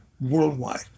worldwide